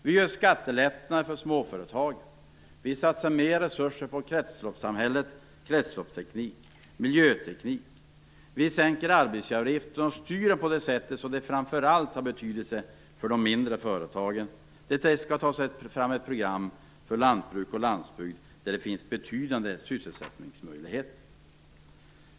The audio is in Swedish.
Vi inför skattelättnader för småföretagen, vi satsar mer resurser på kretsloppssamhället, kretsloppsteknik och miljöteknik, vi sänker arbetsgivaravgifter och styr det så att det framför allt har betydelse för de mindre företagen. Det skall tas fram ett program för lantbruk och landsbygd, där det finns betydande sysselsättningsmöjligheter.